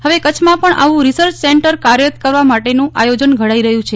ફવે કચ્છમાં પણ આવું રિસર્ચ સેન્ટર કાર્ચરત કરવા માટેનું આયોજન ઘડાઇ રહ્યું છે